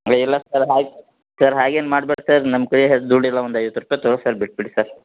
ಇಲ್ಲ ಸರ್ ಹಾಗೆ ಸರ್ ಹಾಗೇನು ಮಾಡ್ಬೇಡಿ ಸರ್ ನಮ್ಮ ಕೈಯಲ್ಲಿ ಅಷ್ಟು ದುಡ್ಡಿಲ್ಲ ಒಂದು ಐವತ್ತು ರೂಪಾಯಿ ತಗೋರಿ ಸರ್ ಬಿಟ್ಟುಬಿಡಿ ಸರ್